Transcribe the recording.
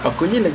[sial]